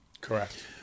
Correct